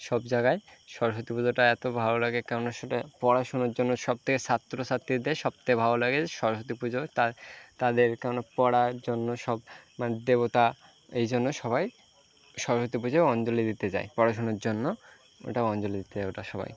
সব জায়গায় সরস্বতী পুজোটা এতো ভালো লাগে কেন না সেটা পড়াশোনার জন্য সব থেকে ছাত্র ছাত্রীদের সব থেকে ভালো লাগে সরস্বতী পুজো তা তাদের কেননা পড়ার জন্য সব মানে দেবতা এই জন্য সবাই সরস্বতী পুজোয় অঞ্জলি দিতে যায় পড়াশোনার জন্য ওটা অঞ্জলি দিতে যায় ওটা সবাই